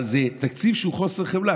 אבל זה תקציב של חוסר חמלה.